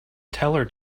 teller